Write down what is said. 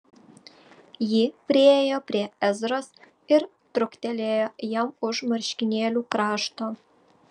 ji priėjo prie ezros ir truktelėjo jam už marškinėlių krašto